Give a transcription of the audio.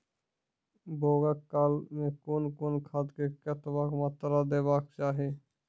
बौगक काल मे कून कून खाद केतबा मात्राम देबाक चाही?